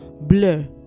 blur